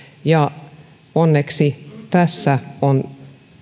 ja onneksi tässä on